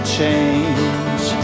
change